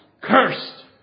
cursed